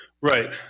right